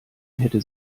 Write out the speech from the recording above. hätte